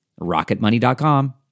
rocketmoney.com